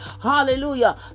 hallelujah